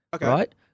right